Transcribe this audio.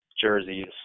jerseys